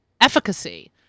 efficacy